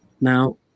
Now